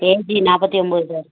AG நாற்பத்தி ஒம்போது sir